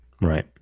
Right